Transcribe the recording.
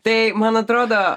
tai man atrodo